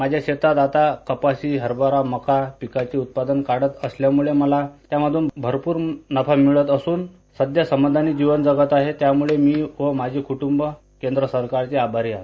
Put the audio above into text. माझ्या शेतात आता कपाशी हरबरा मका पिकाचे उत्पादन काढत असल्यामुळे मला त्यातून भरपूर नफा मिळत असून सध्या समाधानी जीवन जगत आहे त्यामुळे मी आणि माझे कुटुंब केंद्र सरकारचे आभारी आहे